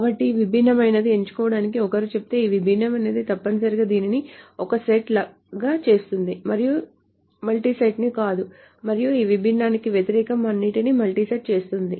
కాబట్టి విభిన్నమైనదాన్ని ఎంచుకోమని ఒకరు చెబితే ఈ విభిన్నమైనది తప్పనిసరిగా దీనిని ఒక సెట్గా చేస్తుంది మరియు మల్టీ సెట్ని కాదు మరియు ఈ విభిన్నానికి వ్యతిరేకం అన్నింటినీ మల్టీ సెట్ చేస్తుంది